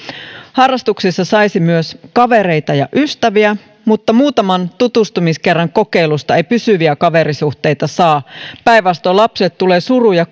harrastuksissa saisi myös kavereita ja ystäviä mutta muutaman tutustumiskerran kokeilusta ei pysyviä kaverisuhteita saa päinvastoin lapselle tulee suru ja